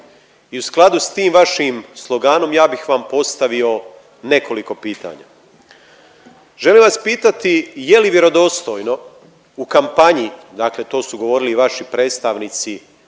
i u skladu sa tim vašim sloganom ja bih vam postavio nekoliko pitanja. Želim vas pitati je li vjerodostojno u kampanji, dakle to su govorili i vaši predstavnici